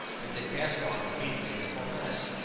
as they passed on, to meet again before mess.